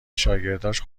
شاگرداش